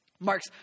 Mark's